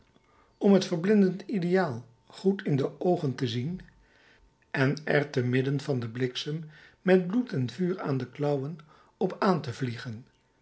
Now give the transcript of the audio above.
om het verblindend ideaal goed in de oogen te zien en er te midden van den bliksem met bloed en vuur aan de klauwen op aan te vliegen